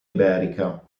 iberica